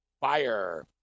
fire